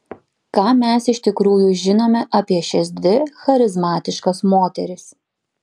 ką mes iš tikrųjų žinome apie šias dvi charizmatiškas moteris